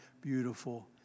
beautiful